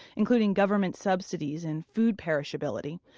including government subsidies and food perishability.